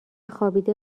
خوابیده